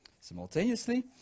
Simultaneously